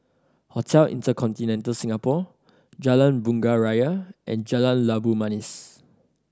Hotel InterContinental Singapore Jalan Bunga Raya and Jalan Labu Manis